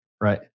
Right